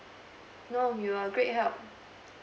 no you are great help